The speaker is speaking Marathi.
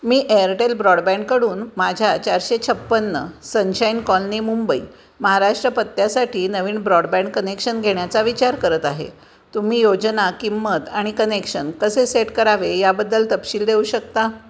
मी एअरटेल ब्रॉडबँडकडून माझ्या चारशे छप्पन्न सनशाईन कॉलनी मुंबई महाराष्ट्र पत्त्यासाठी नवीन ब्रॉडबँड कनेक्शन घेण्याचा विचार करत आहे तुम्ही योजना किंमत आणि कनेक्शन कसे सेट करावे याबद्दल तपशील देऊ शकता